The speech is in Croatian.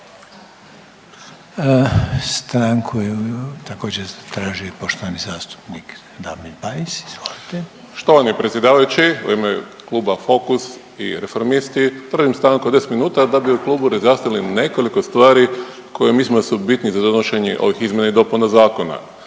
Stanku je također zatražio i poštovani zastupnik Damir Bajs. Izvolite. **Bajs, Damir (Fokus)** Štovani predsjedavajući, u ime Kluba Fokus i Reformisti tražim stanku od 10 minuta da bi u klubu razjasnili nekoliko stvari koje mislimo da su bitni za donošenje ovih izmjena i dopuna Zakona.